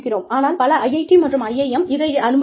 ஆனால் பல IIT மற்றும் IIM இதை அனுமதிக்காது